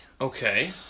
Okay